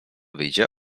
wyjdzie